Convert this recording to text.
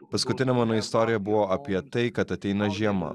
paskutinė mano istorija buvo apie tai kad ateina žiema